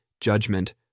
judgment